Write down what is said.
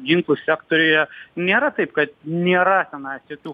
ginklų sektoriuje nėra taip kad nėra tenais jokių